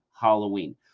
Halloween